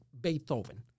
Beethoven